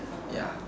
ya